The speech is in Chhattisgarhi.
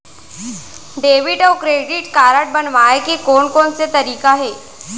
डेबिट अऊ क्रेडिट कारड बनवाए के कोन कोन से तरीका हे?